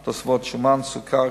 סוכר,